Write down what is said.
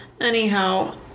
anyhow